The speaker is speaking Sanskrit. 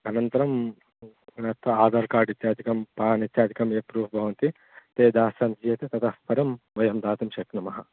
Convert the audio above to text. अनन्तरं पुनः आधार कार्ड् इत्यादिकं पान् इत्यादिकं यत् प्रूफ़् भवन्ति ते दास्यन्ति चेत् ततः परं वयं दातुं शक्नुमः